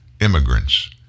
immigrants